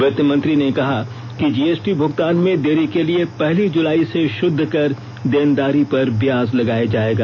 वित्तमंत्री ने कहा कि जीएसटी भुगतान में देरी के लिए पहली जुलाई से शुद्ध कर देनदारी पर ब्याज लगाया जाएगा